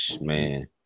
man